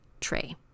tray